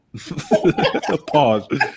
Pause